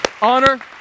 honor